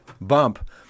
bump